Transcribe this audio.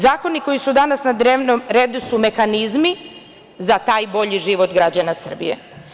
Zakoni koji su danas na dnevnom redu su mehanizmi za taj bolji život građana Srbije.